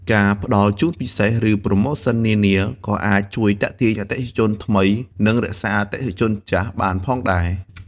ការផ្ដល់ជូនពិសេស ឬប្រូម៉ូសិននានា ក៏អាចជួយទាក់ទាញអតិថិជនថ្មី និងរក្សាអតិថិជនចាស់បានផងដែរ។